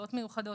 נסיבות מיוחדות,